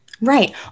Right